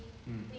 mm